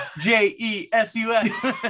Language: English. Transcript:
j-e-s-u-s